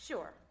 Sure